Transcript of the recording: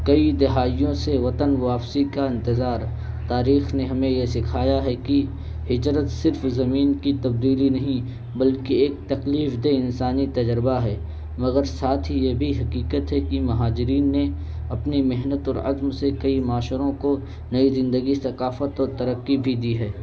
کئی دہائیوں سے وطن واپسی کا انتظار تاریخ نے ہمیں یہ سکھایا ہے کہ ہچرت صرف زمین کی تبدیلی نہیں بلکہ ایک تکلیف دہ انسانی تجربہ ہے مگر ساتھ ہی یہ بھی حقیقت ہے کہ مہاجرین نے اپنی محنت اور عزم سے کئی معاشروں کو نئی زندگی ثقافت اور ترقی بھی دی ہے